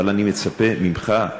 אבל אני מצפה ממך,